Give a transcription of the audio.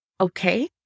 Okay